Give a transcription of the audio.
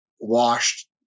washed